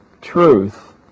truth